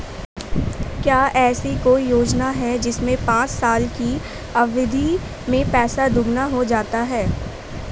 क्या ऐसी कोई योजना है जिसमें पाँच साल की अवधि में पैसा दोगुना हो जाता है?